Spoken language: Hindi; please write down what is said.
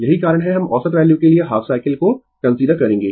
यही कारण है हम औसत वैल्यू के लिए हाफ साइकिल को कंसीडर करेंगें